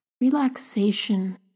Relaxation